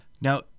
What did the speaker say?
Now